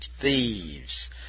thieves